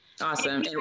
Awesome